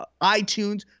iTunes